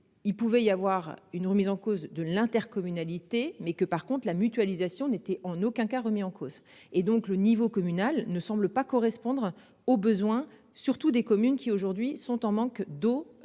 Il pouvait y avoir une remise en cause de l'intercommunalité, mais que par contre la mutualisation n'était en aucun cas remis en cause et donc le niveau communal ne semblent pas correspondre aux besoins surtout des communes qui aujourd'hui sont en manque d'eau,